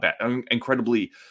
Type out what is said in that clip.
incredibly